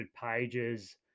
pages